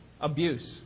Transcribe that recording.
abuse